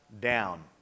down